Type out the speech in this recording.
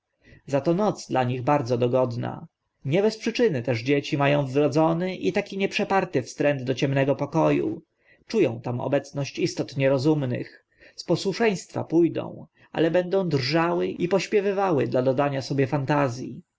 za to noc dla nich bardzo dogodna nie bez przyczyny też dzieci ma ą wrodzony i taki nieprzeparty wstręt do ciemnego poko u czu ą tam obecność istot niezrozumiałych z posłuszeństwa pó dą ale będą drżały i pośpiewywały dla dodania sobie fantaz